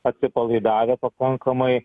atsipalaidavę pakankamai